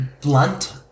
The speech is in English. blunt